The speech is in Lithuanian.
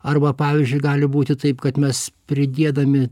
arba pavyzdžiui gali būti taip kad mes pridėdami